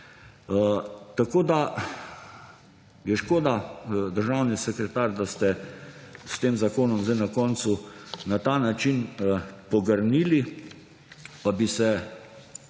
Tako da, je škoda, državni sekretar, da ste s tem zakonom zdaj na koncu na ta način pogrnili, pa bi se